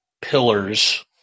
pillars